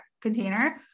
container